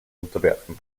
unterwerfen